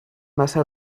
massa